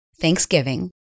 Thanksgiving